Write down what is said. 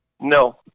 No